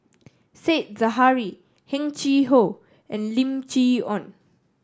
Said Zahari Heng Chee How and Lim Chee Onn